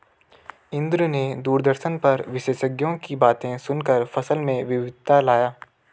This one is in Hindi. इंद्र ने दूरदर्शन पर विशेषज्ञों की बातें सुनकर फसल में विविधता लाया